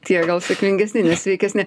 tie gal sėkmingesni nes sveikesni